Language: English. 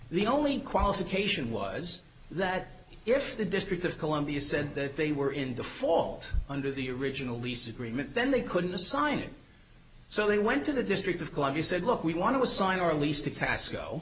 the only qualification was that if the district of columbia said that they were in default under the original lease agreement then they couldn't assign it so they went to the district of columbia said look we want to assign our leas